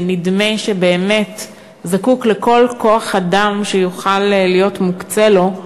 שנדמה שבאמת זקוק לכל כוח-אדם שיוכל להיות מוקצה לו,